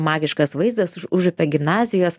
magiškas vaizdas užupio gimnazijos